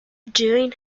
during